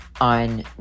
on